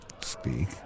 Speak